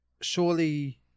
surely